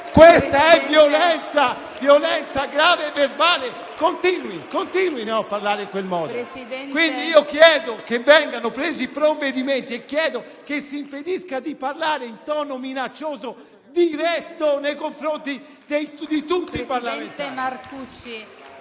Questa è violenza verbale grave. Continui, continui a parlare in quel modo! Quindi io chiedo che vengano presi provvedimenti e chiedo che si impedisca di parlare in tono minaccioso diretto nei confronti di tutti i Parlamentari.